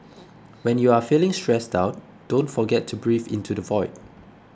when you are feeling stressed out don't forget to breathe into the void